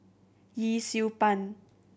Yee Siew Pun